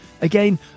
Again